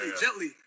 gently